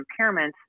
impairments